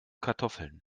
kartoffeln